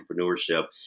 entrepreneurship